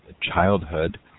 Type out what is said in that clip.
childhood